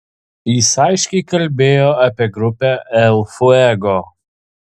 jis aiškiai kalbėjo apie grupę el fuego